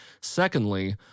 Secondly